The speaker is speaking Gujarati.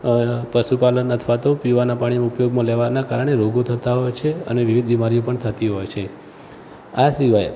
પશુપાલન અથવા તો પીવાનું પાણી ઉપયોગમાં લેવાનાં કારણે રોગો થતાં હોય છે અને વિવિધ બીમારીઓ પણ થતી હોય છે આ સિવાય